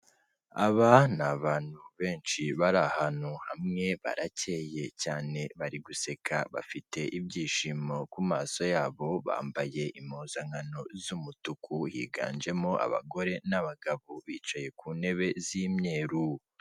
Aba ni abantu benshi bari ahantu hamwe barakeye cyane, bari guseka bafite ibyishimo ku maso yabo, bambaye impuzankano z'umutuku, higanjemo abagore n'abagabo bicaye ku ntebe z'imyeru.